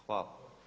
Hvala.